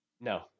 No